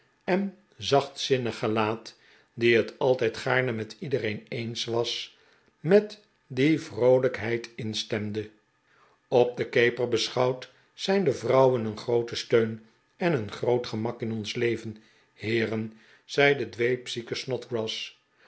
en zachtzinnig gelaat die het altijd gaarne met iedereen eens was met die vroolijkheid instemde op de keper beschouwd zijn de vrouwen een groote steun en een groot gemak in ons leven heeren zei de dweepzieke snodgrass